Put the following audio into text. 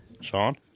Sean